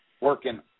working